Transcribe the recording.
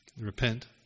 Repent